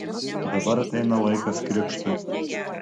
dabar ateina laikas krikštui